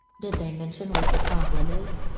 did they mention what the problem is?